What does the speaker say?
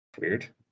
Weird